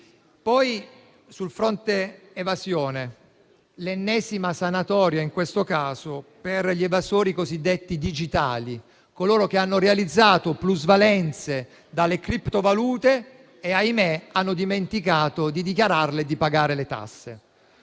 Sul fronte evasione c’è l’ennesima sanatoria per gli evasori cosiddetti digitali, cioè per coloro che hanno realizzato plusvalenze dalle criptovalute e - ahimè - hanno dimenticato di dichiararle e di pagare le tasse.